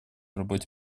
работе